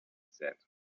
said